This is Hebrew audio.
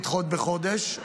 לדחות בחודש,